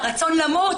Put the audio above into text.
הרצון למות.